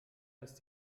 ist